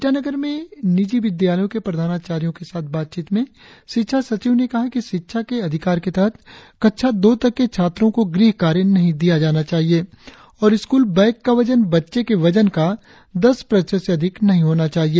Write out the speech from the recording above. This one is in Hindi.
ईटानगर में निजी विद्यालयो के प्रधानाचार्य के साथ बातचीत में शिक्षा सचिव ने कहा कि शिक्षा के अधिकार के तहत कक्षा दो तक के छात्रो को गृह कार्य नही दिया जाना चाहिए और स्कूल बैग का वजन बच्चे का वजन का दस प्रतिशत से अधिक नही होना चाहिए